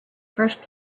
first